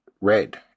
red